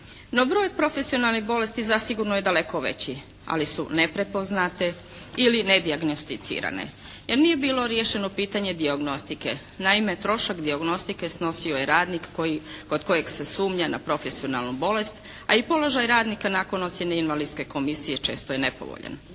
No, broj profesionalnih bolesti zasigurno je daleko veći, ali su neprepoznate ili nedijagnosticirane, jer nije bilo riješeno pitanje dijagnostike. Naime, trošak dijagnostike snosio je radnik kod kojeg se sumnja na profesionalnu bolest a i položaj radnika nakon ocijene invalidske komisije često je nepovoljan.